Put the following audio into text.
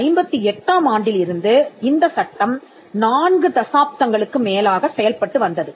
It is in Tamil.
1958 ஆம் ஆண்டில் இருந்து இந்த சட்டம் நான்கு தசாப்தங்களுக்கு மேலாகச் செயல்பட்டு வந்தது